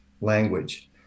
language